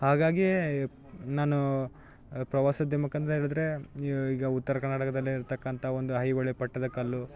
ಹಾಗಾಗೀ ನಾನು ಪ್ರವಾಸೋದ್ಯಮಕ್ಕೆ ಅಂತ ಹೇಳಿದರೆ ಈಗ ಉತ್ತರ ಕರ್ನಾಟಕದಲ್ಲಿ ಇರ್ತಕ್ಕಂಥ ಒಂದು ಐಹೊಳೆ ಪಟ್ಟದಕಲ್ಲು